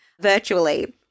virtually